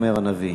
אומר הנביא.